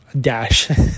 dash